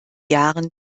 jahren